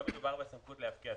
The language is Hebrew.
לא מדובר בסמכות להפקיע,